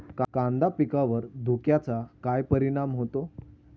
कांदा पिकावर धुक्याचा काय परिणाम होतो?